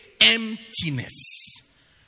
Emptiness